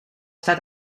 staat